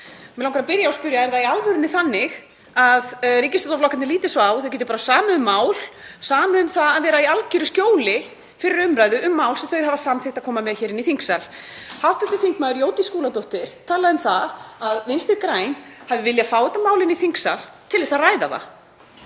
Mig langar að byrja á að spyrja: Er það í alvörunni þannig að ríkisstjórnarflokkarnir líti svo á að þeir geti bara samið um mál, samið um það að vera í algjöru skjóli fyrir umræðu um mál sem þeir hafa samþykkt að koma með hér inn í þingsal? Hv. þm. Jódís Skúladóttir talaði um það að Vinstri græn hafi viljað fá þetta mál inn í þingsal til að ræða það.